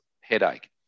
headache